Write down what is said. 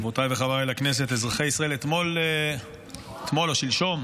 רבותיי וחבריי לכנסת, אזרחי ישראל, אתמול או שלשום